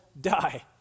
die